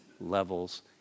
levels